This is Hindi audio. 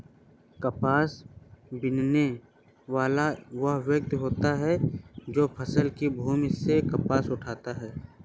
कपास बीनने वाला वह व्यक्ति होता है जो फसल की भूमि से कपास उठाता है